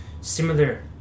Similar